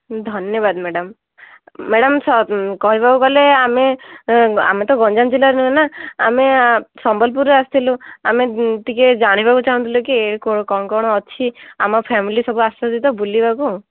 ଧନ୍ୟବାଦ madam madam ସତ କହିବାକୁ ଗଲେ ଆମେ ଆମେତ ଗଞ୍ଜାମ ଜିଲ୍ଲାର ନୁହେଁ ନା ଆମେ ସମ୍ବଲପୁରରୁ ଆସିଥିଲୁ ଆମେ ଟିକେ ଜାଣିବାକୁ ଚାହୁଁଥିଲୁ କି କଣ କଣ ଅଛି ଆମ ଫ୍ୟାମିଲି ସବୁ ଆସୁଛନ୍ତି ତ ବୁଲିବାକୁ